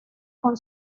con